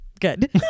Good